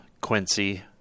Quincy